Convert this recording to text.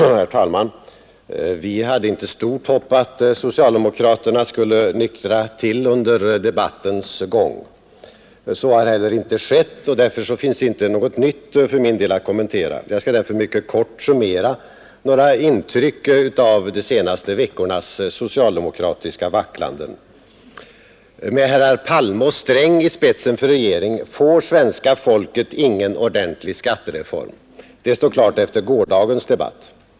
Herr talman! Vi hade inte stort hopp att socialdemokraterna skulle nyktra till under debattens gång. Så har heller inte skett. Det finns därför inget nytt för min del att kommentera. Jag skall bara mycket kort summera några intryck av de senaste veckornas socialdemokratiska vacklanden. Med herrar Palme och Sträng i spetsen för en regering får svenska folket ingen ordentlig skattereform. Det står klart efter gårdagens debatt.